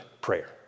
prayer